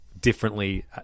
differently